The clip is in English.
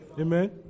Amen